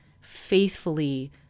faithfully